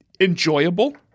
enjoyable